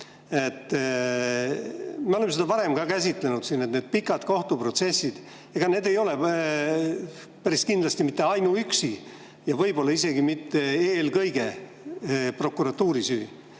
Me oleme seda ka varem siin käsitlenud. Ega need pikad kohtuprotsessid ei ole päris kindlasti mitte ainuüksi ja võib-olla isegi mitte eelkõige prokuratuuri süü.